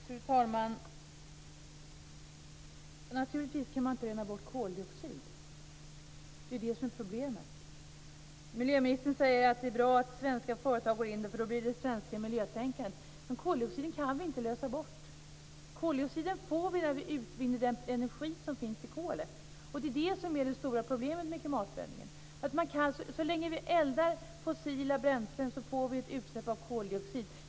Fru talman! Naturligtvis kan man inte vinna bort koldioxid. Det är det som är problemet. Miljöministern säger att det är bra att svenska företag går in, för då blir det svenskt miljötänkande. Men koldioxiden kan vi inte lösa bort. Koldioxid får vi när vi utvinner den energi som finns i kolet. Det som är det stora problemet med klimatförändringen är att så länge vi eldar fossila bränslen får vi ett utsläpp av koldioxid.